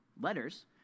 letters